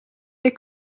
they